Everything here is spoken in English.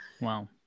Wow